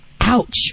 ouch